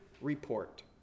report